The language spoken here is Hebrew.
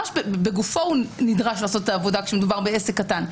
בגופו הוא נדרש לעשות את העבודה כשמדובר בעסק קטן.